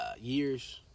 years